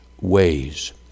ways